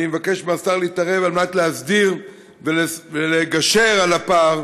אני מבקש מהשר להתערב על מנת להסדיר ולגשר על הפער,